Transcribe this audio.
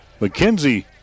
McKenzie